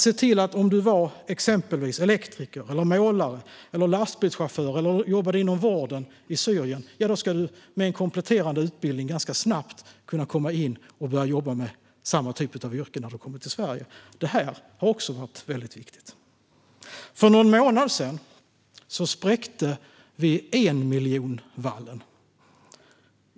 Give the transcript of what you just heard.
Den som exempelvis var elektriker, målare, lastbilschaufför eller jobbade inom vården i Syrien ska med en kompletterande utbildning ganska snabbt kunna komma in och börja jobba med samma typ av yrke när personen kommer till Sverige. Detta har också varit väldigt viktigt. För någon månad sedan sprängde vi miljonvallen.